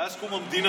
מאז קום המדינה.